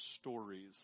stories